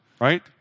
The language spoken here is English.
right